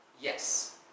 Yes